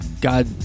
God